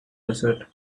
desert